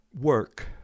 work